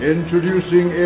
Introducing